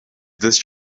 this